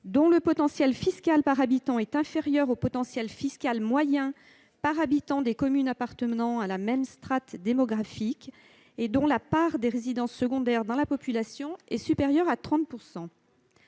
dont le potentiel fiscal par habitant est inférieur au potentiel fiscal moyen par habitant des communes appartenant à la même strate démographique et dont la part des résidences secondaires dans la population est supérieure à 30 %.